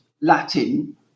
Latin